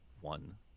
one